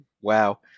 Wow